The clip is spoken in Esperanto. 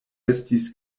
estis